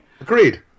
Agreed